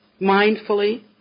mindfully